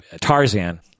Tarzan